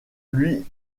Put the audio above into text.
lui